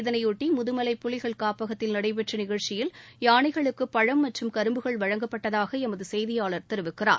இதனைபொட்டி முதுமலை புலிகள் காப்பகத்தில் நடைபெற்ற நிகழ்ச்சியில் யானைகளுக்கு பழம் மற்றும் கரும்பு வழங்கப்பட்டதாக எமது செய்தியாளர் தெரிவிக்கிறார்